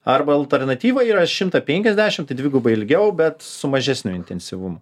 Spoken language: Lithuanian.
arba alternatyva yra šimtą penkiasdešim tai dvigubai ilgiau bet su mažesniu intensyvumu